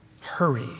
hurry